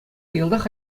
йӑлтах